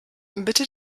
bitte